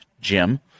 Jim